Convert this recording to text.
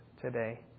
today